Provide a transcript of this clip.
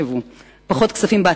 איך היא חוסכת?